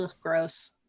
Gross